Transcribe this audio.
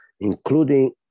including